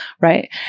right